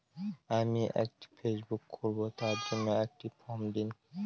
আমি একটি ফেসবুক খুলব তার জন্য একটি ফ্রম দিন?